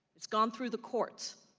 it's gone through the courts.